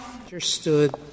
understood